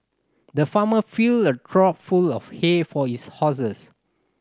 the farmer filled a trough full of hay for his horses